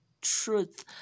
truth